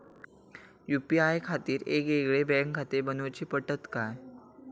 UPI खातीर येगयेगळे बँकखाते बनऊची पडतात काय?